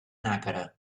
nàquera